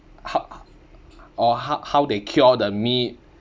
h~ h~ or how how they cure the meat